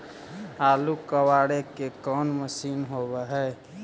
आलू कबाड़े के कोन मशिन होब है?